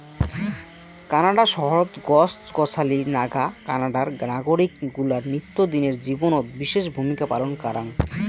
Canada শহরত গছ গছালি নাগা কানাডার নাগরিক গুলার নিত্যদিনের জীবনত বিশেষ ভূমিকা পালন কারাং